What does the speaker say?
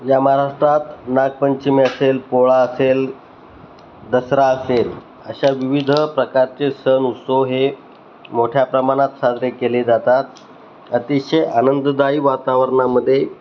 ज्या महाराष्ट्रात नागपंचमी असेल पोळा असेल दसरा असेल अशा विविध प्रकारचे सण उत्सव हे मोठ्या प्रमाणात साजरे केले जातात अतिशय आनंददायी वातावरणामध्ये